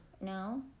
No